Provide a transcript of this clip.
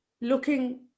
looking